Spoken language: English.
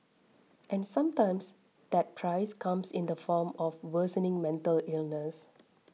and sometimes that price comes in the form of worsening mental illness